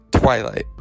Twilight